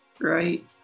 right